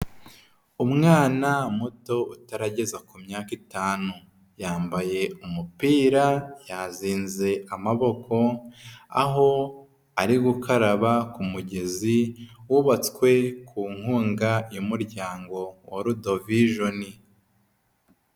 Umwana muto utarageza ku myaka itanu, yambaye umupira yazinze amaboko, aho ari gukaraba ku mugezi wubatswe ku nkunga y'umuryango Worudovijoni.